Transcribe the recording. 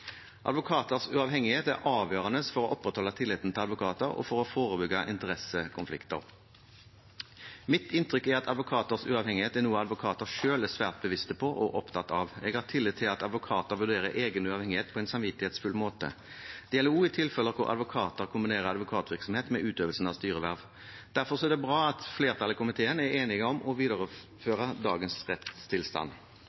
Advokaters uavhengighet er avgjørende for å opprettholde tilliten til advokater og for å forebygge interessekonflikter. Mitt inntrykk er at advokaters uavhengighet er noe advokater selv er svært bevisste på og opptatt av. Jeg har tillit til at advokater vurderer egen uavhengighet på en samvittighetsfull måte. Det gjelder også i tilfeller hvor advokater kombinerer advokatvirksomhet med utøvelsen av styreverv. Derfor er det bra at flertallet i komiteen er enige om å